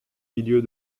milieu